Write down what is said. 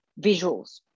visuals